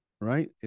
right